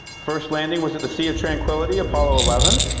first landing was at the sea of tranquility, apollo eleven.